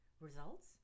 Results